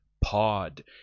pod